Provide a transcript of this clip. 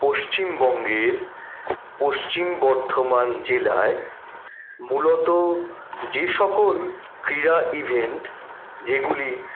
পশ্চিমবঙ্গের পশ্চিম বর্ধমান জেলায় মূলত যে সকল ক্রীড়া ইভেন্ট যেগুলি